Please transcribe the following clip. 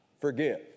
forgive